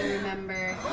remember